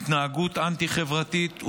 התנהגות אנטי-חברתית,